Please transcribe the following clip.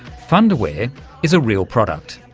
fundawear is a real product.